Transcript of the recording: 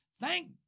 Thank